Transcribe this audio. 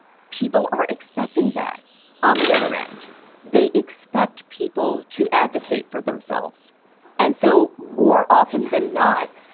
people are expecting that on the other end they expect people to advocate for themselves and so more often than not,